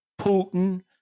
Putin